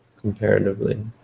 comparatively